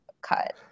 cut